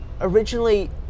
originally